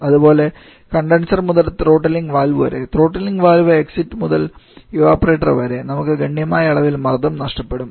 അതുപോലെ കണ്ടൻസർ മുതൽ throttling valve വരെ ത്രോട്ട്ലിംഗ് വാൽവ് എക്സിറ്റ് മുതൽ ഇവപൊറേറ്റർ വരെ നമുക്ക് ഗണ്യമായ അളവിൽ മർദ്ദം നഷ്ടപ്പെടും